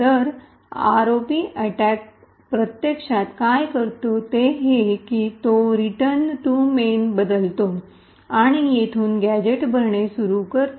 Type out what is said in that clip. तर आरओपी अटैकप्रत्यक्षात काय करतो ते हे की तो रिटर्न टू मेन बदलतो आणि येथून गॅझेट भरणे सुरू करते